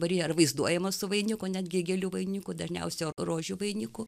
marija ar vaizduojama su vainiku netgi gėlių vainiku dažniausia rožių vainiku